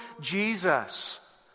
Jesus